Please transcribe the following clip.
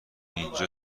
اینجا